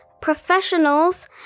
professionals